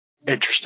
Interesting